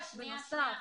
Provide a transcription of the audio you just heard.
בנוסף,